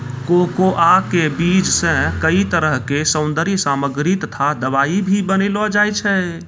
cocoa के बीज सॅ कई तरह के सौन्दर्य सामग्री तथा दवाई भी बनैलो जाय छै